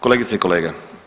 Kolegice i kolege.